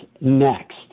next